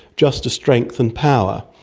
just to strength and power,